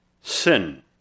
sin